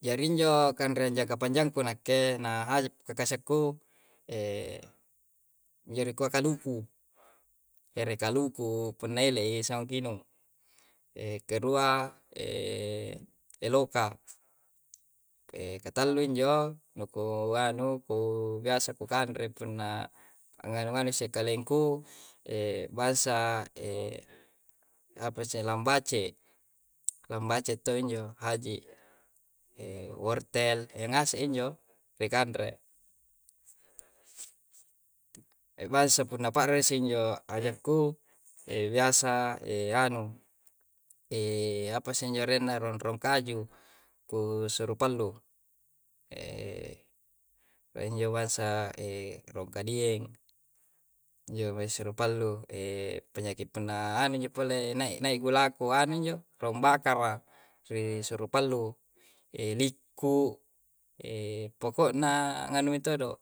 Jari injo kan're jakapanja'ko nakke na haji kukase'ku jari koa kaluku ere kalukuu punaela'i sapinu kerua loka kattalu injo muko anu ko gasse ko kanre punna ngane-ngane kosse kalingku bassa apa seng, lamba'ce. Lambace to njo, haji wortel ngase injo rekandre. basse punna pandre sinjo aja'ku biasa anu apa senjo renna ron' ron' kaju ku suru pallu apa injo basa rongkadie injo basuru pallu penyakit punna anu ji polle nai nai gulaku injo rong bakkara. Si suru pallu likku poko'na nganu ni todong